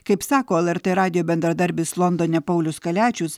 kaip sako lrt radijo bendradarbis londone paulius kaliačius